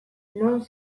non